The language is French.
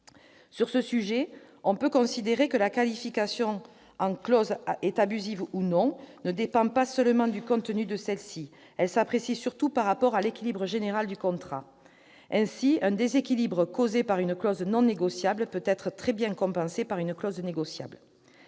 Sur ce sujet, on peut considérer que la qualification en clause abusive ne dépend pas seulement du contenu de celle-ci. Elle s'apprécie surtout par rapport à l'équilibre général du contrat. Ainsi, un déséquilibre causé par une clause non négociable peut très bien être compensé par une clause négociable.